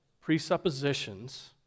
presuppositions